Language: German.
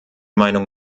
meinung